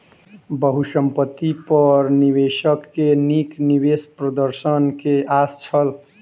बहुसंपत्ति पर निवेशक के नीक निवेश प्रदर्शन के आस छल